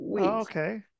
okay